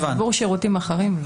עבור שירותים אחרים, לא.